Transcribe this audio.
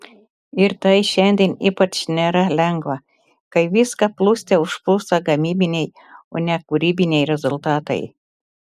ir tai šiandien ypač nėra lengva kai viską plūste užplūsta gamybiniai o ne kūrybiniai rezultatai